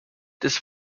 des